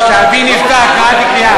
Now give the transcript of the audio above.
כאשר אימא שלי נפטרה קרעתי קריעה,